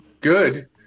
good